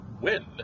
win